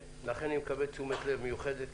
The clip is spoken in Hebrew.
וזו הסיבה שהיא מקבלת פה תשומת לב מיוחדת.